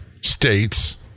states